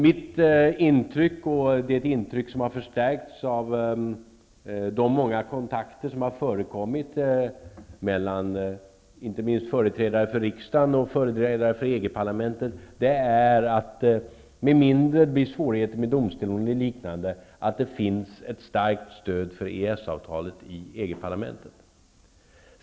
Mitt intryck, som har förstärkts av de många kontakter som förekommit mellan inte minst företrädare för riksdagen och företrädare för EG parlamentet, är att med mindre det blir svårigheter med domstolen och liknande, så finns ett starkt stöd för EES-avtalet i EG-parlamentet.